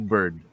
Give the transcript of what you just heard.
Bird